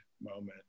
moment